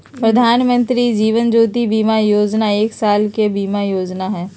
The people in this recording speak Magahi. प्रधानमंत्री जीवन ज्योति बीमा योजना एक साल के बीमा योजना हइ